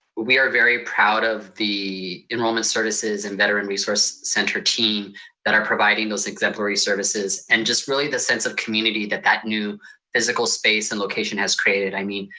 we are very proud of the enrollment services and veteran resource center team that are providing those exemplary services and just really the sense of community that that new physical space and location has created. i mean,